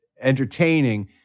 entertaining